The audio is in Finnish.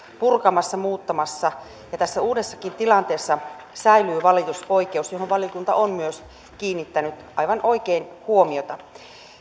purkamassa muuttamassa ja tässä uudessakin tilanteessa säilyy valitusoikeus mihin valiokunta on myös kiinnittänyt aivan oikein huomiota